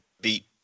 beat